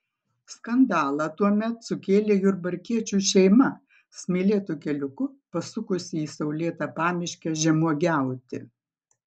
skandalą tuomet sukėlė jurbarkiečių šeima smėlėtu keliuku pasukusi į saulėtą pamiškę žemuogiauti